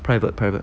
private private